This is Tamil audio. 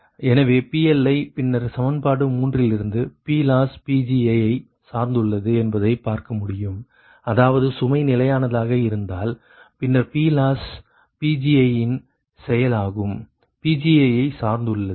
எனவே PLi பின்னர் சமன்பாடு மூன்றிலிருந்து PLoss Pgi ஐ சார்ந்துள்ளது என்பதை பார்க்க முடியும் அதாவது சுமை நிலையானதாக இருந்தால் பின்னர் PLoss Pgi யின் செயல் ஆகும் Pgi ஐ சார்ந்துள்ளது